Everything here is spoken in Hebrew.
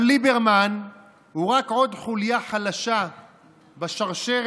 אבל ליברמן הוא רק עוד חוליה חלשה בשרשרת